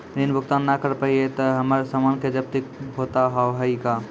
ऋण भुगतान ना करऽ पहिए तह हमर समान के जब्ती होता हाव हई का?